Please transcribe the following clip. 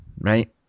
right